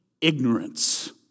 ignorance